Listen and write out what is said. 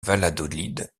valladolid